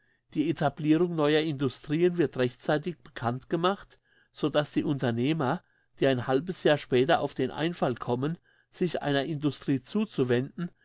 die etablirung neuer industrien wird rechtzeitig bekanntgemacht so dass die unternehmer die ein halbes jahr später auf den einfall kommen sich einer industrie zuzuwenden